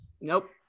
Nope